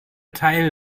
teil